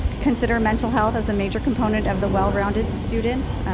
consider mental health as a major component of the well rounded student.